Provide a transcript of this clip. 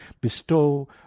bestow